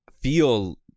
feel